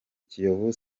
kiyovu